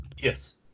Yes